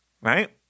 right